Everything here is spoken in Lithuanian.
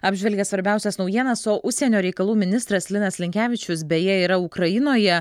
apžvelgė svarbiausias naujienas o užsienio reikalų ministras linas linkevičius beje yra ukrainoje